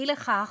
אי לכך,